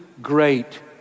great